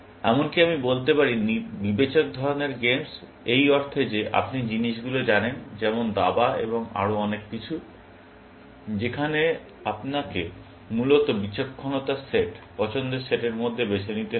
এমনকি আমি বলতে পারি বিবেচক ধরণের গেমস এই অর্থে যে আপনি জিনিসগুলি জানেন যেমন দাবা এবং আরও অনেক কিছু যেখানে আপনাকে মূলত বিচক্ষণতার সেট পছন্দের সেটের মধ্যে বেছে নিতে হবে